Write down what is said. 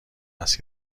است